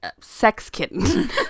Sex-kitten